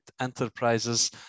enterprises